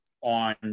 on